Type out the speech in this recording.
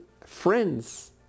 friends